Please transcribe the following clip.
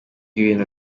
ibintu